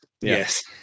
yes